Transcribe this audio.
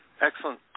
Excellent